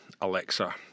Alexa